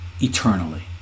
eternally